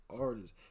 artists